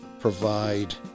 provide